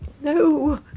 no